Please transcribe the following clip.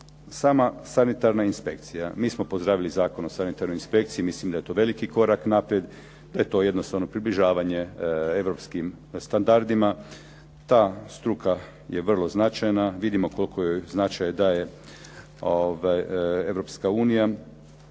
sama sanitarna inspekcija. Mi smo pozdravili Zakon o sanitarnoj inspekciji, mislim da je to veliki korak naprijed, da je to jednostavno približavanje europskim standardima. Ta struka je vrlo značajna, vidimo koliko joj značaj daje Europska unija,